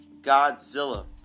Godzilla